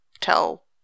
tell